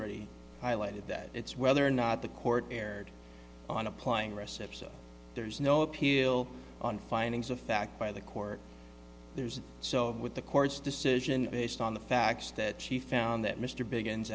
already highlighted that it's whether or not the court erred on applying recip so there's no appeal on findings of fact by the court there's so with the court's decision based on the facts that she found that mr biggins